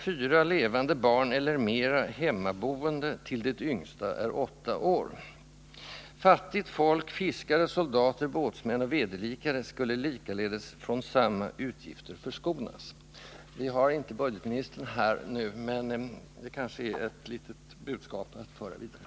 Fattigt folk, fiskare, soldater, båtsmän och deras vederlikar skulle likaledes förskonas från samma utskylder så länge de hade fyra levande barn eller mera och tills det yngsta nådde åtta års ålder. Vi har inte budgetministern här nu, men detta kanske är ett litet budskap att föra vidare.